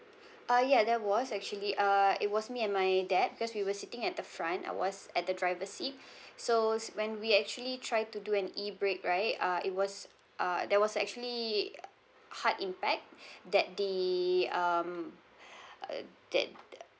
uh ya there was actually uh it was me and my dad because we were sitting at the front I was at the driver seat so when we actually try to do an E break right uh it was uh there was actually hard impact that the um that